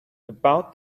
about